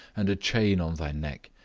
and a chain on thy neck.